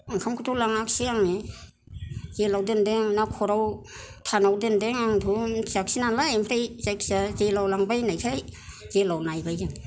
ओंखामखौथ' लाङाखिसै आङो जेलाव दोनदों ना खर्ताव थानायाव दोनदों आंथ' मिथियाखिसै नालाय ओमफ्राय जायखि जाया जेलाव लांबाय होननायखाय जेलाव नायबाय जों